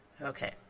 Okay